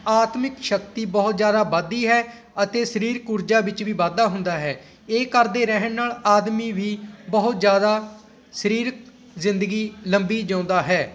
ਆਤਮਿਕ ਸ਼ਕਤੀ ਬਹੁਤ ਜ਼ਿਆਦਾ ਵੱਧਦੀ ਹੈ ਅਤੇ ਸਰੀਰਕ ਊਰਜਾ ਵਿੱਚ ਵੀ ਵਾਧਾ ਹੁੰਦਾ ਹੈ ਇਹ ਕਰਦੇ ਰਹਿਣ ਨਾਲ ਆਦਮੀ ਵੀ ਬਹੁਤ ਜ਼ਿਆਦਾ ਸਰੀਰਕ ਜ਼ਿੰਦਗੀ ਲੰਬੀ ਜਿਊਂਦਾ ਹੈ